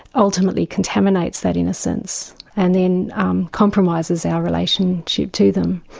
ultimately contaminates that innocence, and then um compromises our relationship to them.